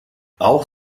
auch